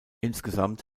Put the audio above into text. insgesamt